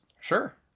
Sure